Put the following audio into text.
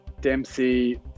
Dempsey